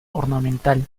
ornamental